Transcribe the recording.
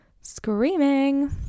screaming